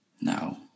No